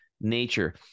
nature